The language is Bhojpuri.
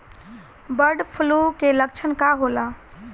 बर्ड फ्लू के लक्षण का होला?